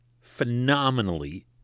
phenomenally